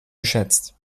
geschätzt